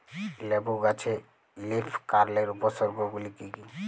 লেবু গাছে লীফকার্লের উপসর্গ গুলি কি কী?